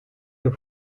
your